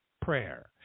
prayer